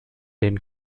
den